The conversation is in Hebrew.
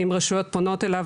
אם רשויות פונות אליו,